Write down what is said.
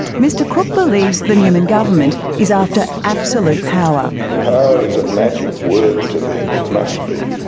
mr crooke believes the newman government is after absolute power power is a magic word to them. it must be.